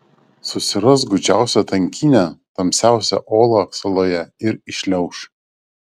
susiras gūdžiausią tankynę tamsiausią olą saloje ir įšliauš